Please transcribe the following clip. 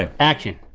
ah action.